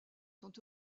sont